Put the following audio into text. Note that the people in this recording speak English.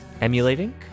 Emulating